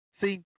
See